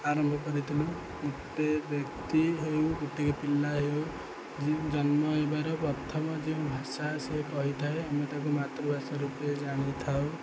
ଆରମ୍ଭ କରିଥିଲୁ ଗୋଟେ ବ୍ୟକ୍ତି ହେଉ ଗୋଟେ ପିଲା ହେଉ ଜନ୍ମ ହେବାର ପ୍ରଥମ ଯେଉଁ ଭାଷା ସିଏ କହିଥାଏ ଆମେ ତାକୁ ମାତୃଭାଷା ରୂପେ ଜାଣିଥାଉ